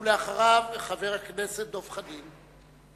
ואחריו, חבר הכנסת דב חנין.